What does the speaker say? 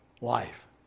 life